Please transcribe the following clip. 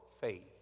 faith